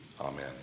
amen